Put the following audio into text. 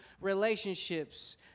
relationships